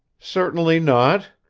certainly not.